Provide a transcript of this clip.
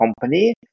company